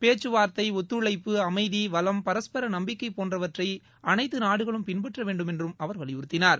பேச்சுவார்த்தை ஒத்துழைப்பு அமைதி வளம் பரஸ்பரம் நம்பிக்கை போன்றவற்றை அனைத்து நாடுகளும் பின்பற்ற வேண்டுமென்றும் அவர் வலியுறுத்தினார்